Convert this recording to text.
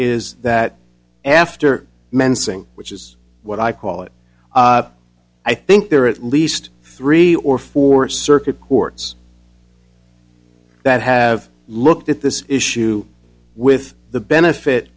is that after mensing which is what i call it i think there are at least three or four circuit courts that have looked at this issue with the benefit